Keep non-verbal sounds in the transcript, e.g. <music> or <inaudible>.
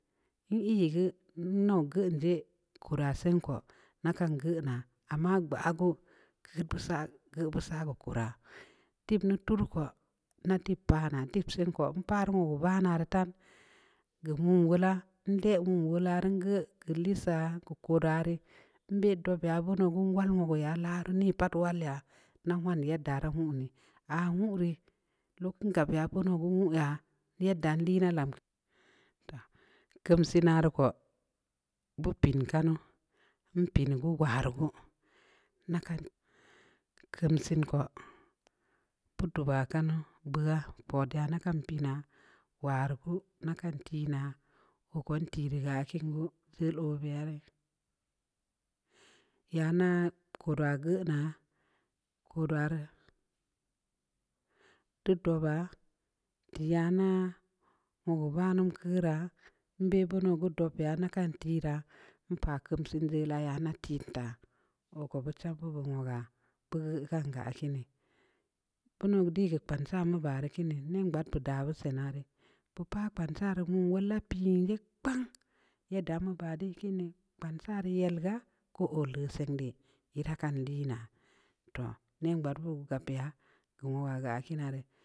N'ii geu, ndau geun je, koraa sen ko, nda kan geu naa, amma gbaa geu, geu beu saa-geu beu saa geu kora, dib ndituru ko, nda dib paa naa, dib sen ko, npaa rii nwogu vana rii tan, geu nwum wolaa, nle nwum wolaa rii, keu liissaa, geu kod waa rii, nebh dob ya, nwal wogu laa ruu, nii pat wal yaa, nda wan yedda da nwun dii, aah nwu rii, luk ngab ya nwuu yaa, yedda lii ndaa lamke oo kiin dii, toh! Keumsii aah rii ko, beu pen kanu, npen ni gu waarii gu, nda kan, keumsin ko, beu dubaa kano, beuha. nda kan penaaa, waari gu, nda kan tii naa, oo ko ntii geu aah kiin gu, jeul oo bey arii, <noise> nya nda kod waa geu naa, kodwaa rii <noise> dii dobaa, tii nya ndaa nwogu vanum keuraa, nbeh bono geu dob yaa, nda kan tirra, npah keumsin jeula ya nda taa tiin taa, oo ko beu chamba beud woga, beu geu kan geu aah kiini. beuno dii rii geu kpansaa mu baa rii kiindii, nengbad beu daa beu sen aah rii, beu kpan sa rii nwum wol da piin jeh kpang, yedda mu baa dii kin dii, kpansaa rii yel gaa, ko oo leu seng leh ii da kan lii naa, toh! Nen gad beu bud ii gab yaa, geu woga geu aah kiinaa rii,